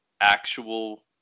actual